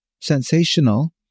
sensational